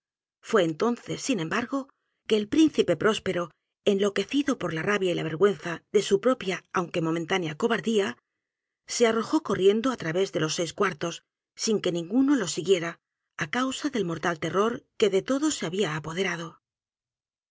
é entonces sin embargo que el príncipe próspero enloquecido por la rabia y la vergüenza de su propia aunque m o mentánea cobardía se arrojó corriendo á través de los seis cuartos sin que ninguno lo siguiera á causa del mortal terror que de todos s e había apoderado